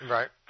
Right